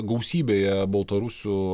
gausybėje baltarusių